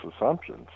assumptions